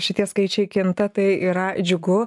šitie skaičiai kinta tai yra džiugu